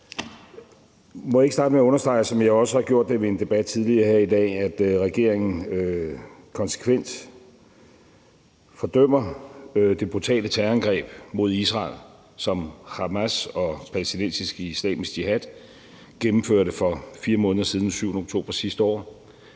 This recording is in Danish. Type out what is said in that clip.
debat tidligere her i dag, at regeringen konsekvent fordømmer det brutale terrorangreb mod Israel, som Hamas og palæstinensisk Islamisk Jihad gennemførte for 4 måneder siden, den 7. oktober sidste år,